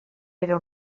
era